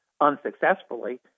unsuccessfully